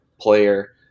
player